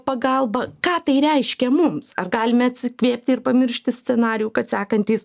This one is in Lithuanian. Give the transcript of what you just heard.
pagalba ką tai reiškia mums ar galime atsikvėpti ir pamiršti scenarijų kad sekantys